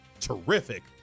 terrific